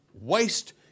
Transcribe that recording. waste